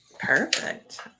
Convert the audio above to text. Perfect